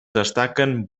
destaquen